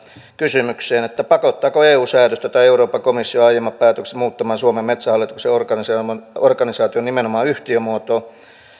kysymykseen pakottaako eu säädöstö tai euroopan komission aiemmat päätökset muuttamaan suomen metsähallituksen organisaation organisaation nimenomaan yhtiömuotoon